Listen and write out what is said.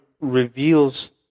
reveals